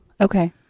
okay